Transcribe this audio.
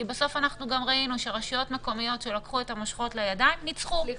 ראינו שרשויות מקומיות שלקחו מושכות לידיים ניצחו.